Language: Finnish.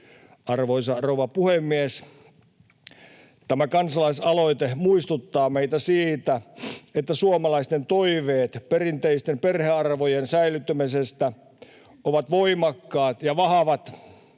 Arvoisa rouva puhemies! Tämä kansalaisaloite muistuttaa meitä siitä, että suomalaisten toiveet perinteisten perhearvojen säilyttämisestä ovat voimakkaat ja vahvat.